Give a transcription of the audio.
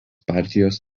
partijos